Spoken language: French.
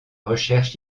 recherche